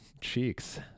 cheeks